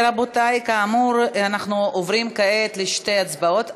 רבותי, כאמור, אנחנו עוברים כעת לשתי הצבעות.